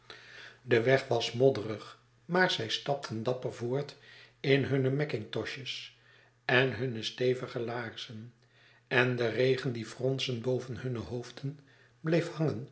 de weg was modderig maar zij stapten dapper voort in hunne mackintoshes en hunne stevige laarzen en de regen die fronsend boven hunne hoofden bleef hangen